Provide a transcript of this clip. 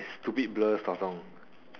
stupid blur sotong